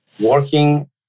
working